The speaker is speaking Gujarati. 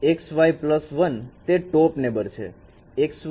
x y પ્લસ 1 તે ટોપ નેબર છે